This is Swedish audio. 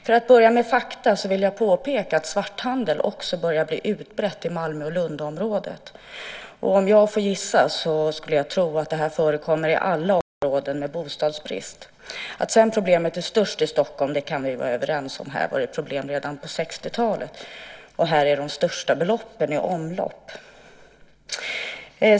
För att börja med fakta vill jag påpeka att svarthandel också börjar bli utbrett i Malmö-Lund-området, och om jag får gissa skulle jag tro att det här förekommer i alla områden med bostadsbrist. Att sedan problemet är störst i Stockholm kan vi vara överens om. Här var det problem redan på 60-talet, och här är de största beloppen i omlopp.